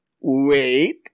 Wait